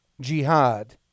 jihad